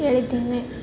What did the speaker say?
ಕೇಳಿದ್ದೇನೆ